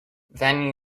then